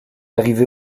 arrivé